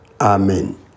Amen